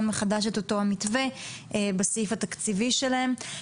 מחדש את אותו המתווה בסעיף התקציבי שלהם.